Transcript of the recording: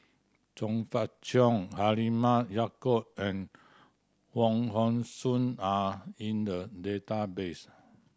Chong Fah Cheong Halimah Yacob and Wong Hong Suen are in the database